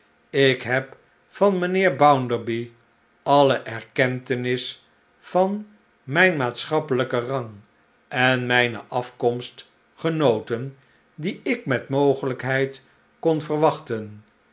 ik heb van mijnheer bounderby alle erkentenis van mijn maatschappelijken rang en mijne af komst genoten die ik met mogelijkheid kon verwachten